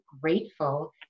grateful